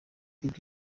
koko